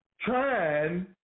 trying